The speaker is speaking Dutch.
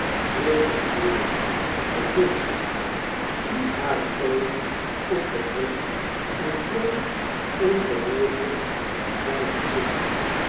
kreeg eene kleur bedwong zich sloeg hare oogen op den grond enbleef onbeweeglp en zwijgend zitten